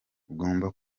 ugomba